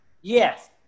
Yes